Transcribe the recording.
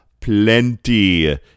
plenty